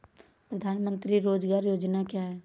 प्रधानमंत्री रोज़गार योजना क्या है?